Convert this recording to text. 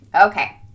Okay